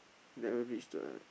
never reach the